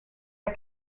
are